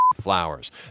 flowers